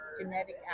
genetic